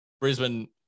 Brisbane